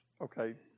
okay